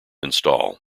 install